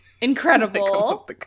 Incredible